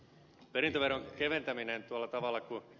perintöveron keventäminen tuolla tavalla kuin ed